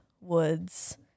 woods